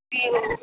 ನೀವು